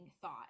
thought